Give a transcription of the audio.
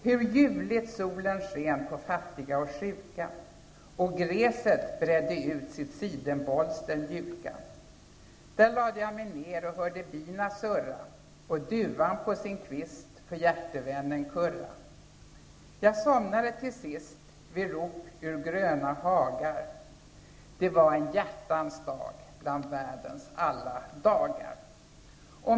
Hur ljuvligt solen sken på fattiga och sjuka och gräset bredde ut sitt sidenbolster mjuka. Där lade jag mig ner och hörde bina surra och duvan på sin kvist för hjärtevännen kurra. Jag somnade till sist vid rop ur gröna hagar. Det var en hjärtans dag bland världens alla dagar.